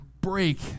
break